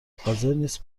حاضرنیست